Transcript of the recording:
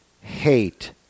hate